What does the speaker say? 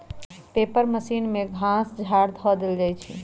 paper machine में घास झाड़ ध देल जाइ छइ